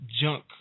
junk